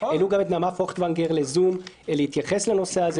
העלו גם את נעמה פויכטונגר ב"זום" להתייחס לנושא הזה.